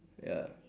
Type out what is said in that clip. ya